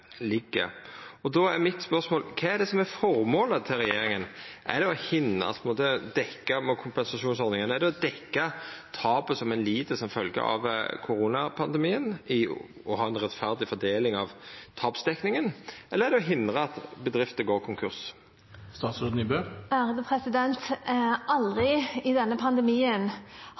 er føremålet til regjeringa med kompensasjonsordninga? Er det å dekkja tapet ein lid som følgje av koronapandemien, og ha ei rettferdig fordeling av tapsdekkinga, eller er det å hindra at bedrifter går konkurs? Aldri i denne pandemien